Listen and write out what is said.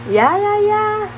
ya ya ya